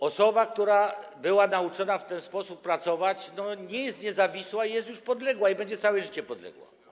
Osoba, która była nauczona w ten sposób pracować, nie jest niezawisła i jest już podległa, i będzie całe życie podległa.